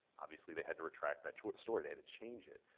obviously they had to retract that short story. they did change it.